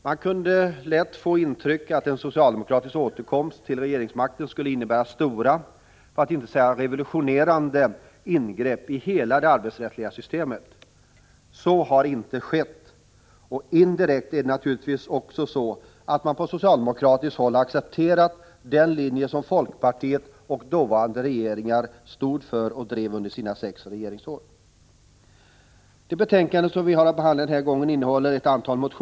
Man kunde lätt få intryck av att en socialdemokratisk återkomst till regeringsmakten skulle innebära stora, för att inte säga revolutionerande, ingrepp i hela det arbetsrättsliga systemet. Så har inte skett, och indirekt är det naturligtvis så, att man också från socialdemokratiskt håll har accepterat den linje som folkpartiet och dåvarande regeringar stod för och drev under sina sex regeringsår. Det betänkande vi har att behandla denna gång innehåller ett antal — Prot.